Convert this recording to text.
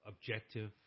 objective